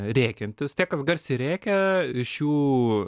rėkiantis tie kas garsiai rėkia šių